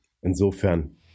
Insofern